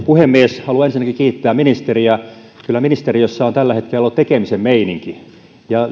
puhemies haluan ensinnäkin kiittää ministeriä kyllä ministeriössä on tällä hetkellä ollut tekemisen meininki ja